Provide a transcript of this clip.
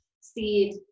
seed